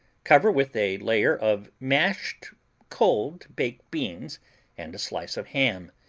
cover with a layer of mashed cold baked beans and a slice of ham,